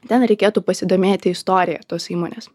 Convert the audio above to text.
ten reikėtų pasidomėti istorija tos įmonės